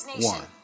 one